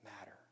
matter